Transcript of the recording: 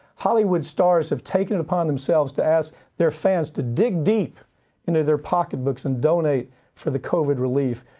hollywood stars have taken it upon themselves to ask their fans to dig deep into their pocket books and donate for the covid relief.